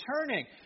turning